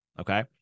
Okay